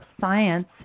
science